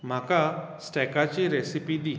म्हाका स्टेकाची रॅसीपी दी